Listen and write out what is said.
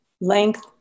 length